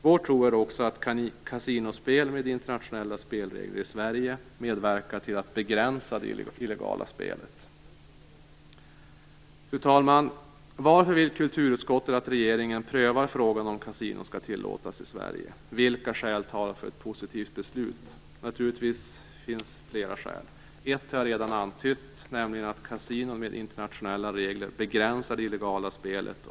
Vår tro är också att kasinospel med internationella spelregler i Sverige medverkar till att begränsa det illegala spelet. Fru talman! Varför vill kulturutskottet att regeringen prövar frågan om kasinon skall tillåtas i Sverige? Vilka skäl talar för ett positivt beslut? Det finns naturligtvis flera skäl. Ett har jag redan antytt, nämligen att kasinon med internationella regler begränsar det illegala spelet.